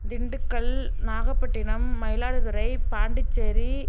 Dindigul Nagapattinam Mayiladuthurai Pondicherry